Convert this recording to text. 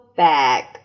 bag